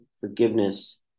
forgiveness